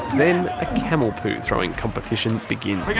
then a camel poo throwing competition begins.